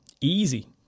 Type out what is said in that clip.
easy